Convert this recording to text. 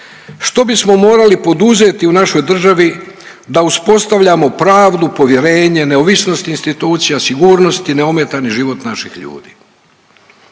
Što bismo morali poduzeti u našoj državi da uspostavljamo pravdu, povjerenje, neovisnost institucija, sigurnost i neometan život naših ljudi?